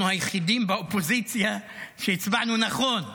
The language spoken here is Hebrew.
אנחנו היחידים באופוזיציה שהצבענו נכון,